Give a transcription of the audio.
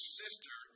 sister